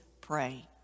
pray